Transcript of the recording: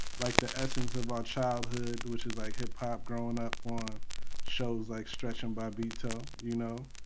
like, the essence of our childhood, which is like hip-hop, growing up on shows like stretch and bobbito, you know?